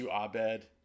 Abed